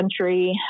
country